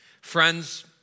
Friends